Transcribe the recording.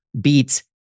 beats